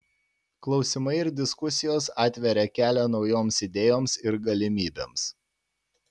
klausimai ir diskusijos atveria kelią naujoms idėjoms ir galimybėms